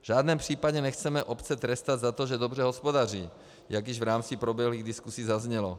V žádném případě nechceme obce trestat za to, že dobře hospodaří, jak již v rámci proběhlých diskusí zaznělo.